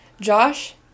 Josh